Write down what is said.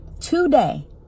today